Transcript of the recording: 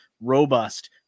robust